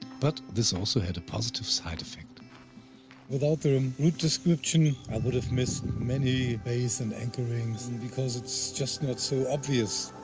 but this also had a positive side effect without the um route description, i would have missed many bays and anchorings, and because it's just not so obvious.